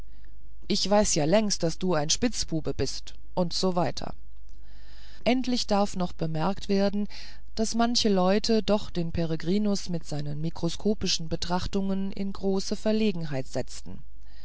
ich weiß ja längst daß du ein spitzbube bist u s w endlich darf auch noch bemerkt werden daß manche leute doch den peregrinus mit seinen mikroskopischen betrachtungen in große verlegenheit setzten